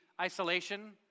isolation